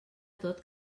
tot